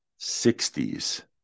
60s